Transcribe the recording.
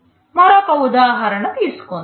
మరొక ఉదాహరణ తీసుకుందాం